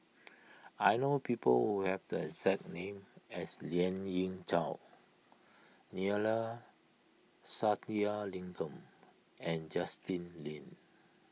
I know people who have the exact name as Lien Ying Chow Neila Sathyalingam and Justin Lean